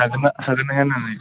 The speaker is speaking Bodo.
हागोन ना हाया होननानै